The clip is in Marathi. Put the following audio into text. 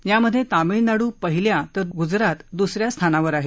यामधे तमिळनाडू पहिल्या तर गुजरात दुस या स्थानावर आहे